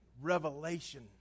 revelation